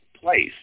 place